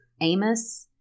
Amos